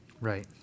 Right